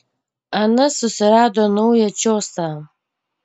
anas susirado naują čiosą